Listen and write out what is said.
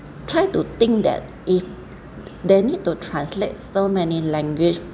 try to think that if they need to translate so many language